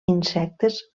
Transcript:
insectes